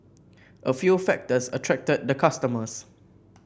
a few factors attracted the customers